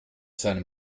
seinem